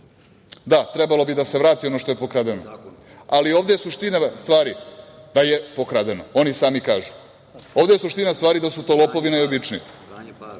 trebalo bi da se vrati ono što je pokradeno, ali ovde je suština stvari da je pokradeno, oni i sami kažu. Ovde je suština stvari da su to lopovi